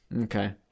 Okay